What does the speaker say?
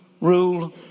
rule